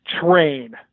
train